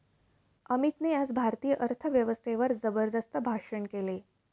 अमितने आज भारतीय अर्थव्यवस्थेवर जबरदस्त भाषण केले